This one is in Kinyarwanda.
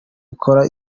ikora